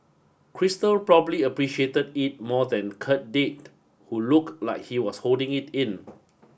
crystal probably appreciated it more than Kirk did who looked like he was holding it in